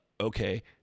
Okay